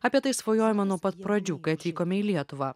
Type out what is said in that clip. apie tai svajojome nuo pat pradžių kai atvykome į lietuvą